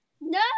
No